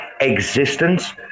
existence